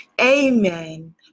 Amen